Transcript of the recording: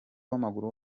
w’amaguru